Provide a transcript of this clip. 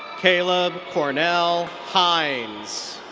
caleb cornell hines.